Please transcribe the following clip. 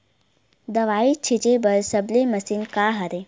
दवाई छिंचे बर सबले मशीन का हरे?